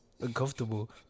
uncomfortable